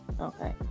Okay